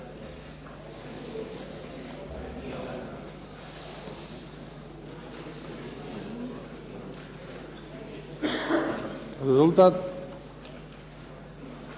Rezultat?